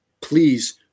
please